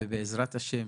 בעזרת השם,